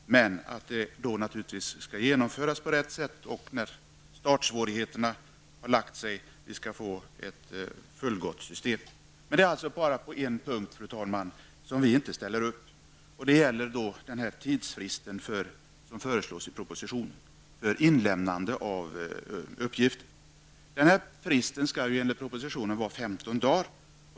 Men det skall naturligtvis genomföras på rätt sätt, och jag hoppas att vi skall få ett fullgott system när startsvårigheterna har övervunnits. Fru talman! Det är bara på en punkt vi inte ställer upp, och det gäller den tidsfrist som föreslås i propositionen för inlämnande av uppgifter. Den fristen skall enligt propositionen vara 15 dagar.